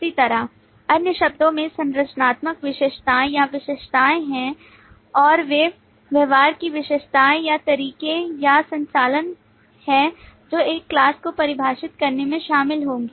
अन्य शब्दों में संरचनात्मक विशेषताएं या विशेषताएं हैं और वे व्यवहार की विशेषताएं या तरीके या संचालन हैं जो एक class को परिभाषित करने में शामिल होंगे